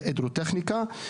והידרוטכניקה.